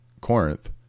Corinth